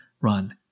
run